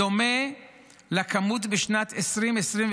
בדומה לכמות בשנת 2023,